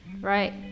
right